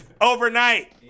overnight